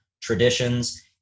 traditions